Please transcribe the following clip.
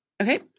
Okay